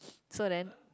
so then